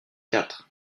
quatre